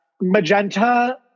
Magenta